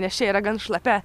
nes čia yra gan šlapia